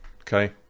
Okay